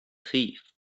thief